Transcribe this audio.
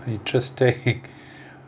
interesting